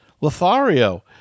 Lothario